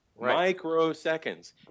microseconds